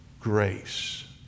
grace